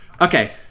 Okay